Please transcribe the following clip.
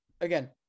again